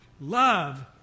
Love